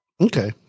Okay